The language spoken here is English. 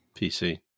PC